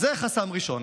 אז זה חסם ראשון.